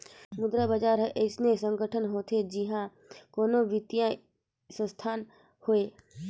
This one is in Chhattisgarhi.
मुद्रा बजार हर अइसन संगठन होथे जिहां कोनो बित्तीय संस्थान होए